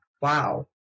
Wow